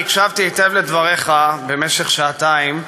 אני הקשבתי היטב לדבריך במשך שעתיים,